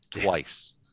twice